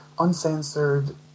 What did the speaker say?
uncensored